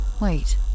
Wait